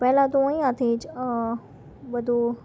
પહેલા તો હું અહીંયાથી જ વધું